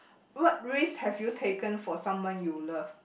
what risks have you taken for someone you love